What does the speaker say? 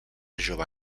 jove